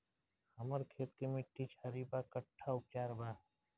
हमर खेत के मिट्टी क्षारीय बा कट्ठा उपचार बा?